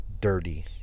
dirty